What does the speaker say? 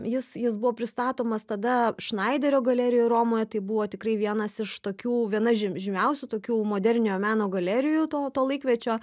jis jis buvo pristatomas tada šnaiderio galerijoj romoje tai buvo tikrai vienas iš tokių viena ži žymiausių tokių moderniojo meno galerijų to to laikmečio